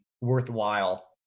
worthwhile